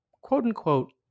quote-unquote